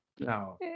No